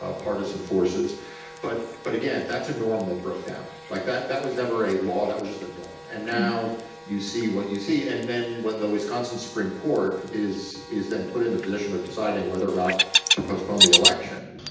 ah partisan forces but but again, that's a norm that broke down like that. that was never a law. that was just the norm. and now you see what you see. and then when the wisconsin supreme court is is then put in the position of deciding whether or not to postpone the election.